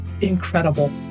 incredible